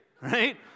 right